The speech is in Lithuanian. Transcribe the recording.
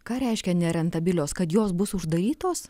ką reiškia nerentabilios kad jos bus uždarytos